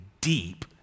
deep